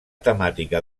temàtica